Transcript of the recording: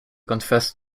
confessed